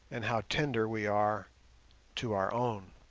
and how tender we are to our own.